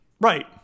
Right